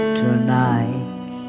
tonight